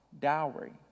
dowry